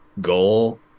goal